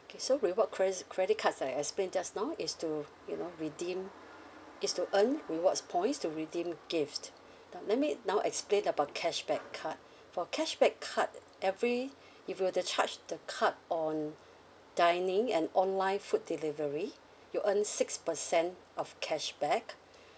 okay so reward cre~ credit card I explained just now is to you know redeem it's to earn rewards points to redeem gift now let me now explain about cashback card for cashback card every if you were to charge the card on dining and online food delivery you earn six percent of cashback